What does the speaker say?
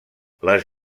les